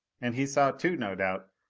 and he saw too, no doubt,